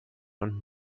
und